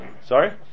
Sorry